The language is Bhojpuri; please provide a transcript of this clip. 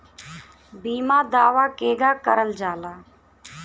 बीमा दावा केगा करल जाला?